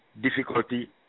difficulty